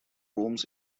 rooms